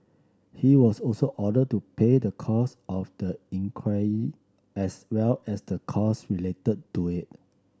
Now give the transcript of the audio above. he was also ordered to pay the costs of the inquiry as well as the costs related to it